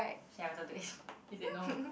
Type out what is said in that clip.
say I wanted to east it they no